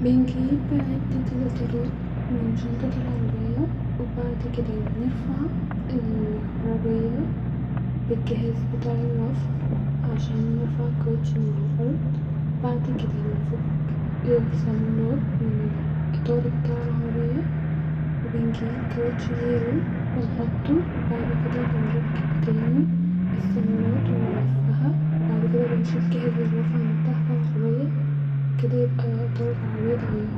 بنجيب عدت الاطارات من شنطه العربييه وبعد كده بنرفع ال-العربيه بالجهاز بتاع الرفع-عشان يرفع الكاوتش من علي الارض-وبعد كده بنفك الصامولات من الاطار بتاع العربيه وبنجيب كاوتش غيرو وبنحطو-وبعد كده بنركب تاني الصامولات ونلفها وبعد كده بنشيل جهاز الرفع الي عملتها في العربيه-وكده يبقي اطار العربيه اتغير